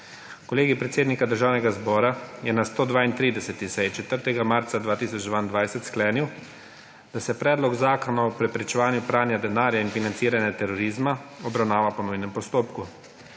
Kolegij predsednika Državnega zbora je na 132. seji 4. marca 2022 sklenil, da se Predlog zakona o preprečevanju pranja denarja in financiranja terorizma obravnava po nujnem postopku.